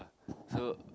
so